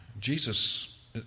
Jesus